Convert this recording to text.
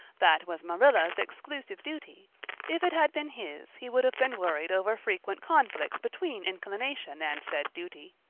that was marilla's exclusive duty if it had been his he would have been worried over frequent conflicts between inclination and said duty.